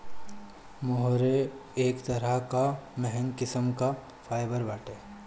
मोहेर एक तरह कअ महंग किस्म कअ फाइबर बाटे